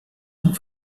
and